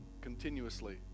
continuously